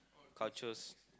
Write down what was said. cultures